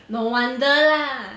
no wonder lah